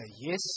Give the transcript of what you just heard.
yes